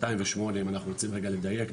שנתיים ושמונה אם אנחנו רוצים רגע לדייק,